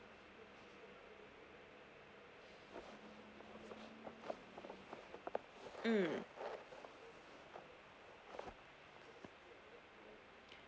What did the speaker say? mm